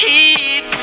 Keep